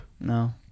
No